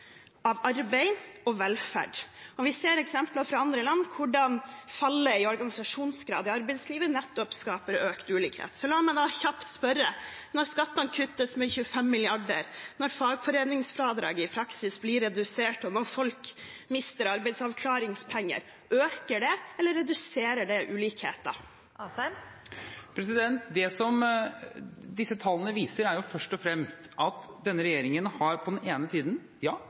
av arbeid og av velferd. Vi ser eksempler fra andre land på hvordan fallet i organisasjonsgrad i arbeidslivet nettopp skaper økt ulikhet. Så la meg da kjapt spørre: Når skattene kuttes med 25 mrd. kr, når fagforeningsfradraget i praksis blir redusert, og når folk mister arbeidsavklaringspenger, øker det eller reduserer det ulikheter? Det disse tallene viser, er først og fremst at denne regjeringen på den ene siden har – ja